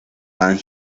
head